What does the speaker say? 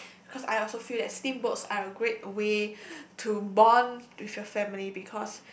because I also feel that steamboats are a great way to bond with your family because